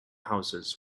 houses